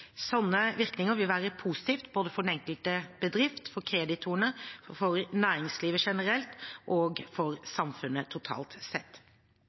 virkninger vil være positive både for den enkelte bedrift, for kreditorene, for næringslivet generelt og for samfunnet totalt sett.